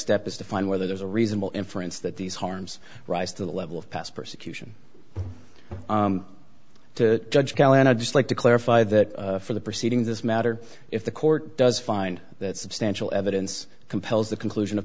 step is to find whether there's a reasonable inference that these harms rise to the level of past persecution to judge cal and i'd just like to clarify that for the proceedings this matter if the court does find that substantial evidence compels the conclusion of